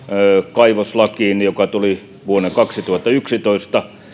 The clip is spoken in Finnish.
kaivoslakiin joka tuli vuonna kaksituhattayksitoista